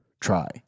try